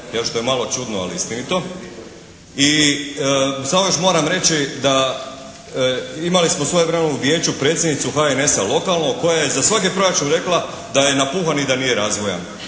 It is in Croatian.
je što je malo čudno, ali istinito i samo još moram reći da imali smo svojevremeno u vijeću predsjednicu HNS-a lokalno koja je za svaki proračun rekla da je napuhan i da nije razvojan.